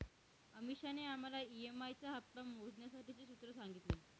अमीषाने आम्हाला ई.एम.आई चा हप्ता मोजण्यासाठीचे सूत्र सांगितले